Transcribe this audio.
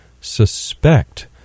suspect